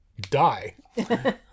die